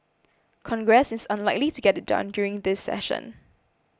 congress is unlikely to get it done during this session